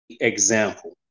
example